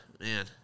man